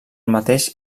mateix